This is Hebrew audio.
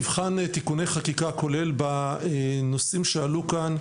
הוועדה תיבחן תיקוני חקיקה הכולל בנושאים שעלו כאן,